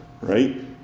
right